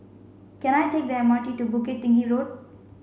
can I take the M R T to Bukit Tinggi Road